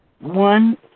one